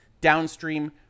downstream